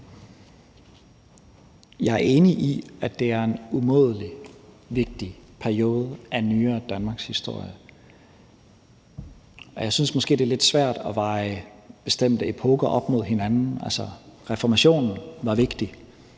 Jeg er enig i, at det er en umådelig vigtig periode af nyere danmarkshistorie. Jeg synes måske, det er lidt svært at veje bestemte epoker op mod hinanden. Altså, reformationen var vigtig,